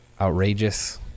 outrageous